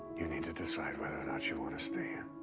you need to decide whether or not you want to stay ah